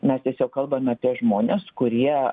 mes tiesiog kalbame apie žmones kurie